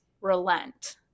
relent